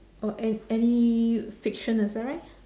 oh an~ any fiction is that right